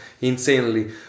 insanely